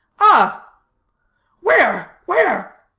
ah where? where?